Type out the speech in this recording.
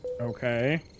Okay